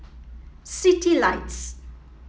citylights